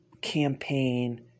campaign